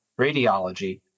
radiology